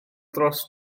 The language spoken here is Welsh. dros